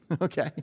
okay